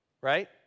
right